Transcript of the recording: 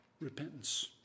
Repentance